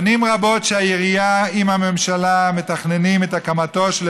שנים רבות העירייה והממשלה מתכננות את הקמתו של